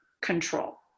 control